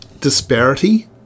disparity